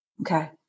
Okay